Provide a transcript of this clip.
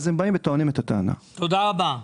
תודה רבה.